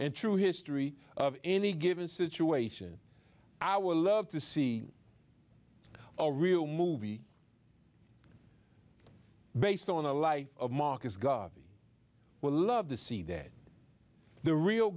and true history of any given situation i would love to see a real movie based on the life of marcus garvey will love to see that the real